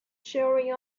sharing